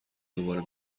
دوباره